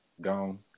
Gone